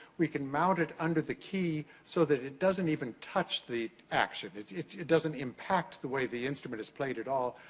we can mount it under the key so that it doesn't even touch the action. it doesn't impact the way the instrument is played at all.